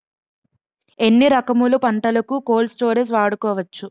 ఎన్ని రకములు పంటలకు కోల్డ్ స్టోరేజ్ వాడుకోవచ్చు?